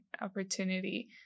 opportunity